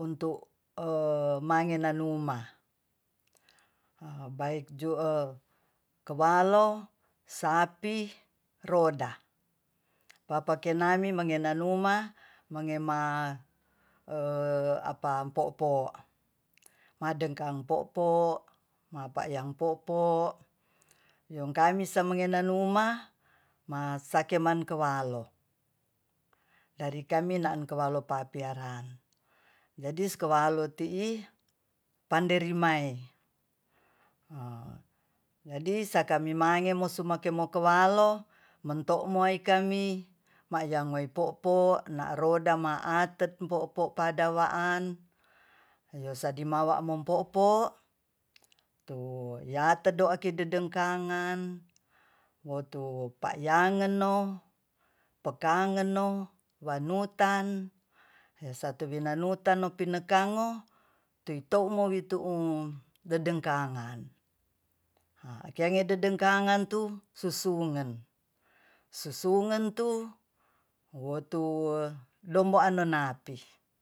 untuk mangenanuma baik jua kebalo sapi roda papakenami mangenanuma mangema apa po'po madengkang po'po ma'payang po'po yong kami seng mangenanuma masakeman kualo dari kami nan kualo papiyaran jadis kualo tii panderimae jadi sakamemange mosuake mokualo mentok moi kami ma yang moi po'po na roda ma atet po'po padawaan yosadinawano po'po tu yate do di dengkangan motu payangenno pakangenno wanutan hesatu winanutan no pinekango twi to u wi to u dedengkangan a kange dedengkangan tu susungen susungen tu wotu lomboan anonapi